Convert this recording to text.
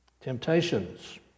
temptations